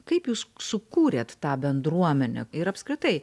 kaip jūs sukūrėt tą bendruomenę ir apskritai